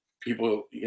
people